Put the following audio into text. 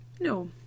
No